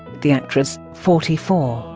the actress, forty four,